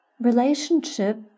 relationship